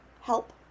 help